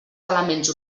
elements